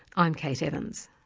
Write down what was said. i'm kate evans.